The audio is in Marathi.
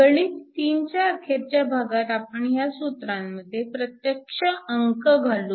गणित 3 च्या अखेरच्या भागात आपण ह्या सूत्रांमध्ये प्रत्यक्ष अंक घालू